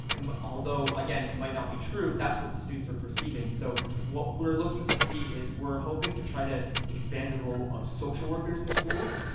um although, again, it might not be true, that's what the students are perceiving. so, what we're looking to see is we're hoping to try to expand the role of social workers in schools.